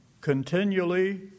Continually